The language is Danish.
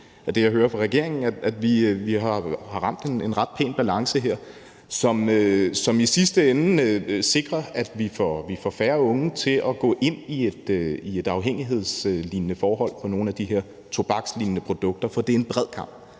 det, jeg hører fra regeringen – at vi har ramt en ret pæn balance her, som i sidste ende sikrer, at færre unge får et afhængighedslignende forhold til nogle af de her tobakslignende produkter; for det skal ses bredt.